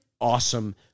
awesome